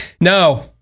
No